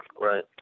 right